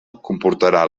comportarà